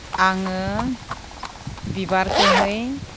आङो बिबारखौहाय